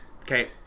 okay